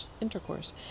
intercourse